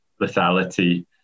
lethality